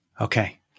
Okay